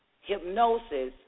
hypnosis